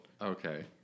okay